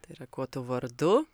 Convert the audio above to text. tai yra kuo tu vardu